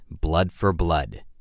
blood-for-blood